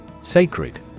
Sacred